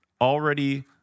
already